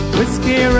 Whiskey